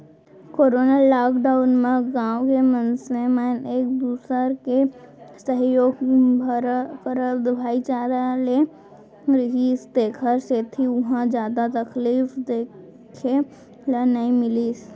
corona lockdown म गाँव के मनसे मन एक दूसर के सहयोग करत भाईचारा ले रिहिस तेखर सेती उहाँ जादा तकलीफ देखे ल नइ मिलिस